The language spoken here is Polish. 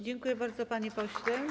Dziękuję bardzo, panie pośle.